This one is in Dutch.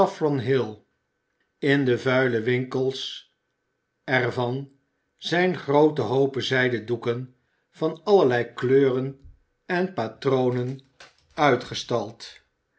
in de vuile winkels er van zijn groote hoopen zijden doeken van allerlei kleuren en patronen uitgestald